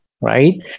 right